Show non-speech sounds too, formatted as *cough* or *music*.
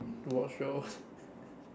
to watch show *laughs*